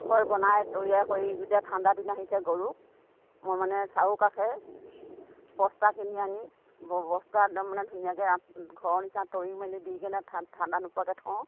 ঘৰ বনাই তৈয়াৰ কৰি এতিয়া ঠাণ্ডা দিন আহিছে গৰুক মই মানে চাৰিওকাষে বস্তা কিনি আনি বস্তা একদম মানে ধুনীয়াকৈ ঘৰৰ নিচিনা তৰি মেলি দি কিনে ঠাণ্ডা নোপোৱাকৈ থওঁ